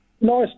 Nice